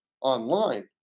online